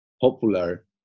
popular